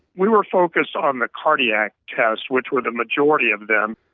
we were focused on the cardiac tests, which were the majority of them,